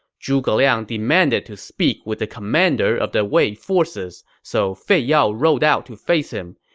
zhuge liang demanded to speak with the commander of the wei forces, so fei yao rode out to face him.